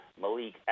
Malik